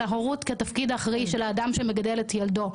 ההורות כתפקיד האחראי של האדם שמגדל את ילדו.